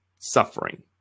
suffering